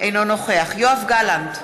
אינו נוכח יואב גלנט,